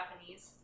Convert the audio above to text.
Japanese